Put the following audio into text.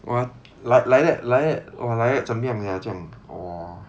!wah! like like that like that !wah! like that 怎样 ah